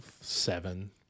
seven